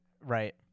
Right